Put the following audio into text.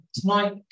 tonight